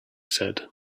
said